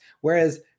whereas